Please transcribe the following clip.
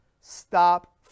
stop